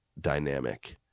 dynamic